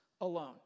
alone